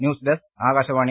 news desk Akashvani